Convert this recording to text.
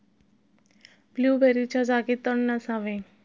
ब्लूबेरीच्या जागी तण नसावे